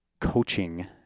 Coaching